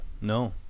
no